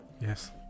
Yes